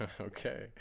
Okay